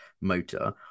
motor